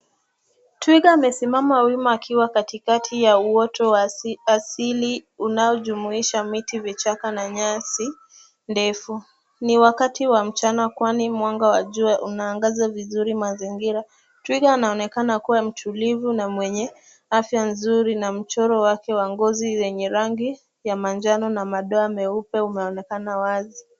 Twiga amesimama wima akiwa katikati ya uoto wa asili unaojumuisha miti, vichaka na nyasi ndefu. Ni wakati wa mchana kwani mwanga wa jua unangaza vizuri mazingira. Twiga anaonekana kuwa mtulivu, na mwenye afya nzuri, na mchoro wa ngozi yake ya rangi ya manjano na madoa meupe unaonekana wazi.